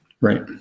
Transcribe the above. right